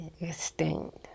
extinct